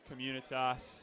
Communitas